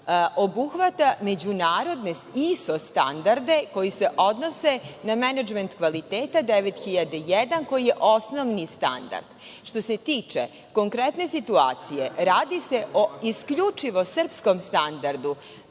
obuhvata međunarodne ISO standarde koji se odnose na menadžment kvaliteta 9001 koji je osnovni standard. Što se tiče konkretne situacije, radi se o isključivo srpskom standardu